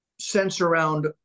sense-around